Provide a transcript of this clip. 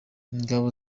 ingabo